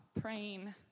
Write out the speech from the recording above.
praying